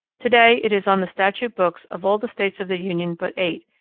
to-day it is on the statute books of all the states of the union but eight,